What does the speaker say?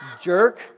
jerk